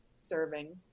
serving